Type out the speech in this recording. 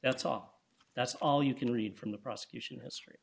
that's all that's all you can read from the prosecution history